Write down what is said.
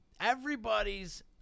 everybody's